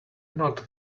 not